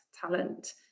talent